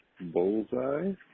Bullseye